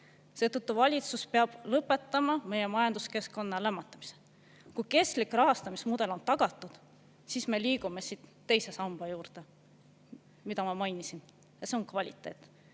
Seetõttu valitsus peab lõpetama meie majanduskeskkonna lämmatamise. Kui kestlik rahastamismudel on tagatud, siis me liigume siit teise samba juurde, mida ma mainisin, ja see on kvaliteet.